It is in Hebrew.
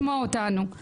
אני